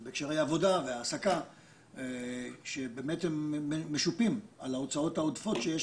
זה בהקשרי עבודה והעסקה שבאמת הם משופים על ההוצאות העודפות שיש